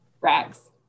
Rags